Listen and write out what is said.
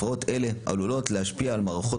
הפרעות אלה עלולות להשפיע על מערכות